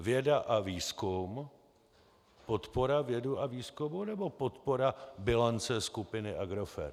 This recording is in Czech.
Věda a výzkum, podpora vědy a výzkumu, nebo podpora bilance skupiny Agrofert?